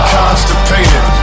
Constipated